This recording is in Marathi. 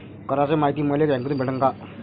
कराच मायती मले बँकेतून भेटन का?